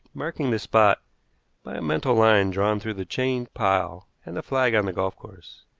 marking the spot by a mental line drawn through the chained pile and the flag on the golf course.